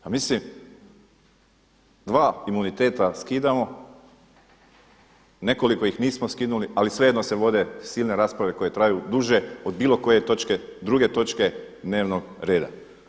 Pa mislim, dva imuniteta skidamo, nekoliko ih nismo skinuli ali svejedno se vode silne rasprave koje traju duže od bilo koje točke, druge točke dnevnog reda.